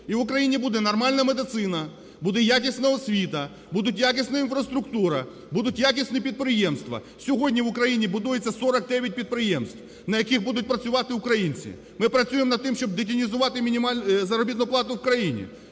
І в Україні буде нормальна медицина, буде якісна освіта, буде якісна інфраструктура, будуть якісні підприємства. Сьогодні в Україні будується 49 підприємств, на яких будуть працювати українці. Ми працюємо над тим, щобдетінізувати заробітну плату в країні.